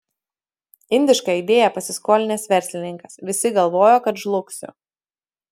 indišką idėją pasiskolinęs verslininkas visi galvojo kad žlugsiu